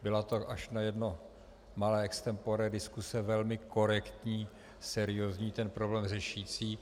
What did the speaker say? Byla to až na jedno malé extempore diskuse velmi korektní, seriózní, ten problém řešící.